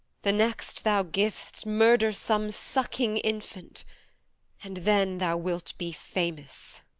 the next thou giv'st, murder some sucking infant and then thou wilt be famous.